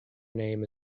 name